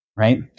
Right